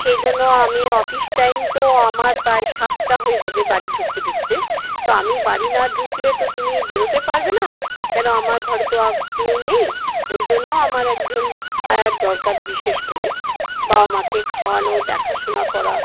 সেই জন্য আমি অফিস টাইম তো আমার প্রায় সাতটা হয়ে যাবে বাড়ি ঢুকতে ঢুকতে তো আমি বাড়ি না ঢুকলে তো তুমি বেরোতে পারবে না কেন আমার ঘরে তো কেউ নেই ওই জন্য আমার একজন আয়ার দরকার বিশেষ করে বাবা মাকে খাওয়ানো দেখাশোনা করা